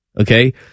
Okay